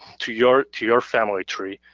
to your to your family tree.